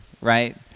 right